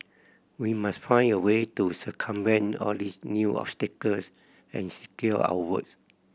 we must find a way to circumvent all these new obstacles and secure our vote